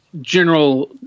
general